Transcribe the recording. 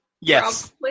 Yes